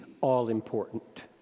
all-important